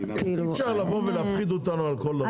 אי אפשר לבוא ולהפחיד אותנו על כל דבר,